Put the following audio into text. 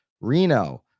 Reno